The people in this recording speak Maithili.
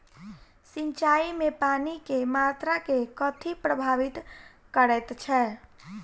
सिंचाई मे पानि केँ मात्रा केँ कथी प्रभावित करैत छै?